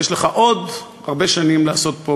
יש לך עוד הרבה שנים לעשות פה,